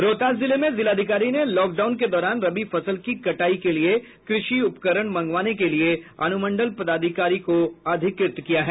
रोहतास जिले में जिलाधिकारी ने लॉकडाउन के दौरान रबी फसल की कटाई के लिये कृषि उपकरण मंगवाने के लिये अनुमंडल पदाधिकारी को अधिकृत किया है